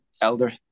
elder